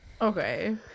Okay